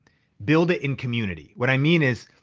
build it in community. what i mean is,